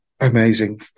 amazing